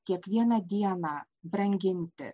kiekvieną dieną branginti